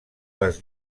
les